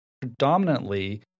predominantly